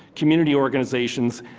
community organizations,